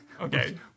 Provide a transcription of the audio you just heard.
Okay